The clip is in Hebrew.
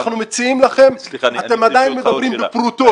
אנחנו מציעים לכם, אתם עדיין מדברים בפרוטות.